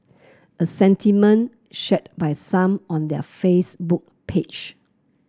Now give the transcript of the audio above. a sentiment shared by some on their Facebook page